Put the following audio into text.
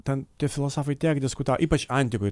ten tie filosofai tiek diskutavo ypač antikoj